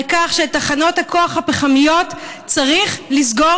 על כך שאת תחנות הכוח הפחמיות צריך לסגור,